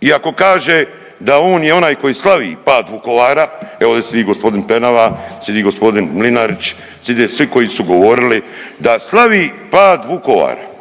i ako kaže da je on onaj koji slavi pad Vukovara, evo ovdje sidi g. Penava, sidi g. Mlinarić, side svi koji su govorili da slavi pad Vukovara